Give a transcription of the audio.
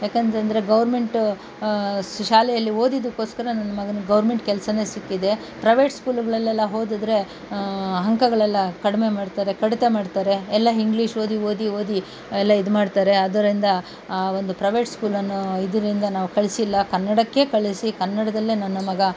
ಏಕೆಂತಂದ್ರೆ government ಶಾಲೆಯಲ್ಲಿ ಓದಿದ್ದಕ್ಕೋಸ್ಕರ ನನ್ನ ಮಗನಿಗೆ ಗೌರ್ಮೆಂಟ್ ಕೆಲಸವೇ ಸಿಕ್ಕಿದೆ ಪ್ರೈವೇಟ್ ಸ್ಕೂಲುಗಳಲ್ಲೆಲ್ಲ ಓದಿದ್ರೆ ಅಂಕಗಳೆಲ್ಲ ಕಡಿಮೆ ಮಾಡ್ತಾರೆ ಕಡಿತ ಮಾಡ್ತಾರೆ ಎಲ್ಲ ಹಿಂಗ್ಲೀಷ್ ಓದಿ ಓದಿ ಓದಿ ಎಲ್ಲ ಇದ್ಮಾಡ್ತಾರೆ ಆದ್ದರಿಂದ ಒಂದು ಪ್ರೈವೇಟ್ ಸ್ಕೂಲನ್ನು ಇದರಿಂದ ನಾವು ಕಳಿಸಿಲ್ಲ ಕನ್ನಡಕ್ಕೇ ಕಳಿಸಿ ಕನ್ನಡದಲ್ಲೇ ನನ್ನ ಮಗ